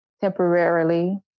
temporarily